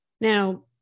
Now